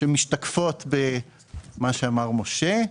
שמשתקפות במה שאמר משה.